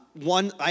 One